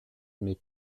mes